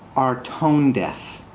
are tone deaf.